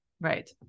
Right